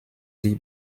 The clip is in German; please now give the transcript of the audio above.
die